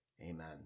amen